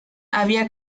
había